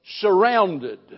surrounded